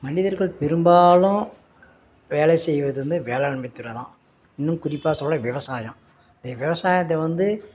மனிதர்கள் பெரும்பாலும் வேலை செய்வது வந்து வேளாண்மை துறைதான் இன்னும் குறிப்பாக சொல்லலை விவசாயம் இந்த விவசாயத்தை வந்து